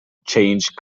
change